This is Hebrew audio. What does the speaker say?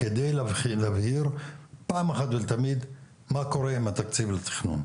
על מנת להבהיר פעם אחת ולתמיד מה קורה עם התקציב לתכנון.